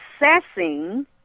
assessing